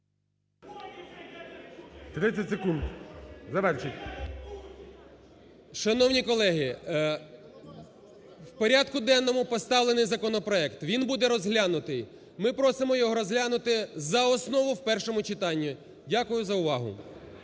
Шановні колеги, в порядку денному поставлений законопроект, він буде розглянутий. Ми просимо його розглянути за основу в першому читанні. Дякую за увагу.